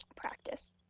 practice.